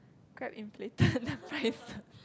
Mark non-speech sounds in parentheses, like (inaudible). Grab inflated (breath) the price